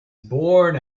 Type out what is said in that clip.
born